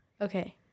Okay